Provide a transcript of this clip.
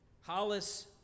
Hollis